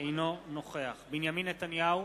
אינו נוכח בנימין נתניהו,